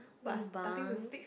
lobang